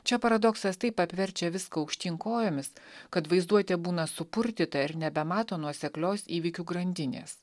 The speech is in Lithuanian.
čia paradoksas taip apverčia viską aukštyn kojomis kad vaizduotė būna supurtyta ir nebemato nuoseklios įvykių grandinės